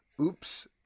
oops